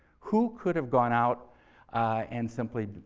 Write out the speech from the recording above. who could have gone out and simply,